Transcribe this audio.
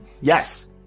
Yes